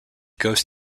ghost